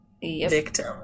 victim